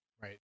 Right